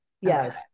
yes